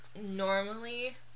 Normally